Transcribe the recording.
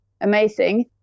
amazing